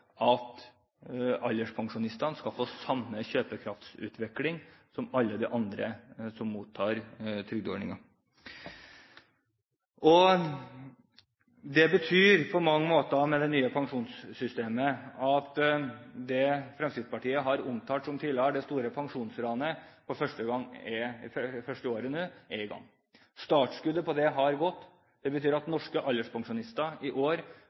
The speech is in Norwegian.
at alderspensjonistene skal få samme kjøpekraftsutvikling som alle de andre som mottar trygdeordninger. Det betyr, med det nye pensjonssystemet, at det Fremskrittspartiet tidligere har omtalt som det store pensjonsranet, for første året nå er i gang. Startskuddet for det har gått. Det betyr at norske alderspensjonister i år